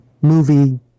movie